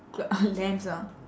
cl~ lamps ah